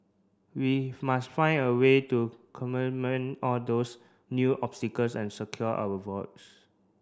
we must find a way to all those new obstacles and secure our votes